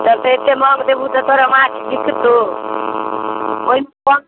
तब तऽ एते महग देबू तऽ तोरा माछ बिकतौ